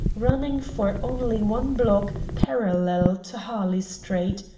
running for only one block, parallel to harley street.